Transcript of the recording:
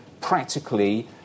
practically